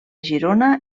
girona